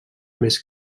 més